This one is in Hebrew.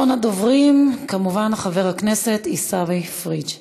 אחרון הדוברים, חבר הכנסת עיסאווי פריג'.